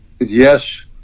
Yes